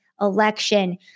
election